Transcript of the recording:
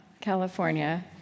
California